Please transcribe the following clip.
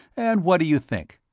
and what do you think?